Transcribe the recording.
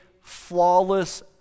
flawless